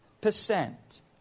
percent